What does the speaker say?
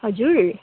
हजुर